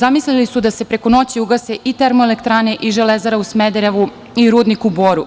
Zamislili su da se preko noći ugase i termoelektrane i Železara u Smederevu i rudnik u Boru.